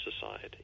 society